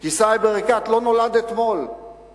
עם סאיב עריקאת ב"אמריקן קולוני"